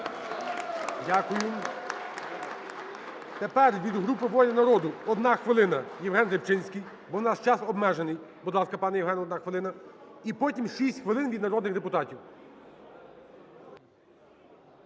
Дякую. Тепер від групи "Воля народу", 1 хвилина, Євген Рибчинський. Бо наш час обмежений. Будь ласка, пане Євген, 1 хвилина. І потім 6 хвилин – від народних депутатів.